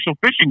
fishing